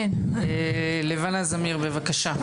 לבנה זמיר, בבקשה.